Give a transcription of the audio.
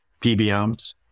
PBMs